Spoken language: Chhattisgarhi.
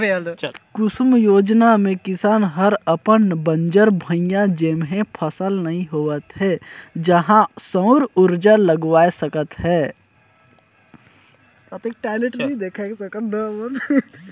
कुसुम योजना मे किसान हर अपन बंजर भुइयां जेम्हे फसल नइ होवत हे उहां सउर उरजा लगवाये सकत हे